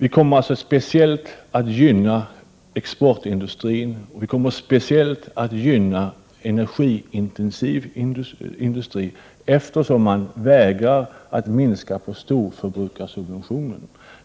Vi kommer alltså att speciellt gynna exportindustrin, och vi kommer att speciellt gynna energiintensiv industri, eftersom man vägrar att minska storförbrukarsubventionen.